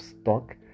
stock